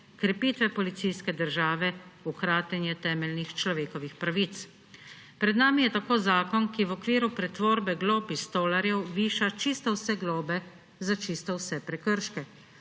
krepitve policijske države, v kratenje temeljnih človekovih pravic. Pred nami je tako zakon, ki v okviru pretvorbe glob iz tolarjev viša čisto vse globe za čisto vse prekrške.